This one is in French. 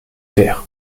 taire